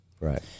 Right